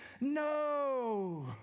No